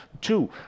two